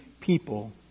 people